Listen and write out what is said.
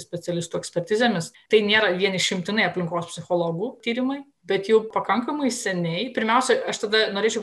specialistų ekspertizėmis tai nėra vien išimtinai aplinkos psichologų tyrimai bet jau pakankamai seniai pirmiausia aš tada norėčiau